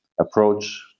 approach